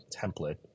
template